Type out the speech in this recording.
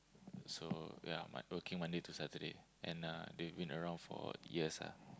so ya mon~ working Monday to Saturday and uh they've been around for years ah